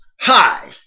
Hi